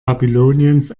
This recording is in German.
babyloniens